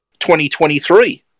2023